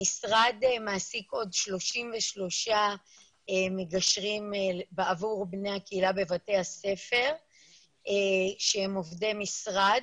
המשרד מעסיק עוד 33 מגשרים בעבור בני הקהילה בבתי הספר שהם עובדי משרד